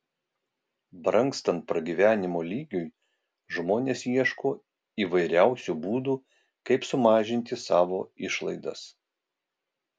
brangstant pragyvenimo lygiui žmonės ieško įvairiausių būdų kaip sumažinti savo išlaidas